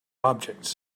objects